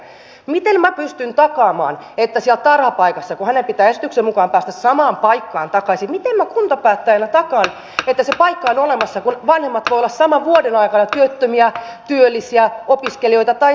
miten minä kuntapäättäjänä pystyn takaamaan että siellä tarhapaikassa kun hänen pitää esityksen mukaan päästä samaan paikkaan takaisin se paikka on olemassa kun vanhemmat voivat olla saman vuoden aikana työttömiä työllisiä opiskelijoita tai sairaita